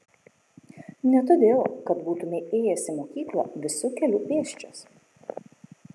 ne todėl kad būtumei ėjęs į mokyklą visu keliu pėsčias